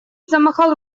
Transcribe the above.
замахал